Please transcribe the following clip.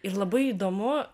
ir labai įdomu